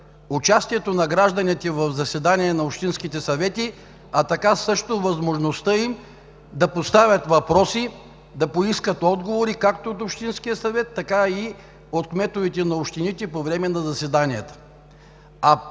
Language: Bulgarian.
участието на гражданите в заседания на общинските съвети, а така също възможността им да поставят въпроси, да поискат отговори както от Общинския съвет, така и от кметовете на общините по време на заседанията.